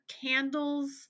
candles